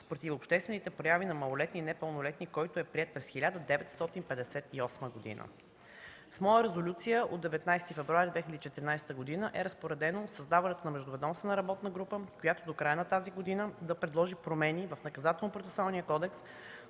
с противообществените прояви на малолетни и непълнолетни, който е приет през 1958 г. С моя резолюция от 19 февруари 2014 г. е разпоредено създаването на междуведомствена работна група, която до края на тази година да предложи промени в Наказателно-процесуалния кодекс